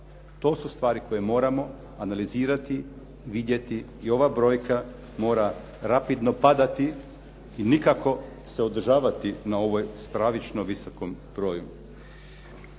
To su stvari koje moramo analizirati, vidjeti i ova brojka mora rapidno padati i nikako se održavati na ovoj stravično visokom broju.